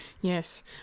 Yes